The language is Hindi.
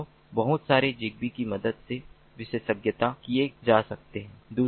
तो बहुत सारे ज़िगबी की मदद से विशेषज्ञता किए जा सकते हैं